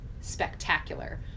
spectacular